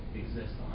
exists